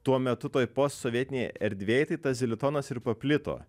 tuo metu toj posovietinėj erdvėj tai tas zilitonas ir paplito